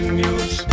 news